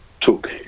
took